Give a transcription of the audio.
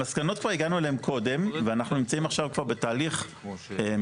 המסקנות פה הגענו אליהם קודם ואנחנו נמצאים עכשיו בתהליך מאוד